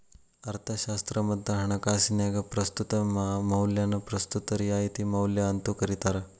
ಅರ್ಥಶಾಸ್ತ್ರ ಮತ್ತ ಹಣಕಾಸಿನ್ಯಾಗ ಪ್ರಸ್ತುತ ಮೌಲ್ಯನ ಪ್ರಸ್ತುತ ರಿಯಾಯಿತಿ ಮೌಲ್ಯ ಅಂತೂ ಕರಿತಾರ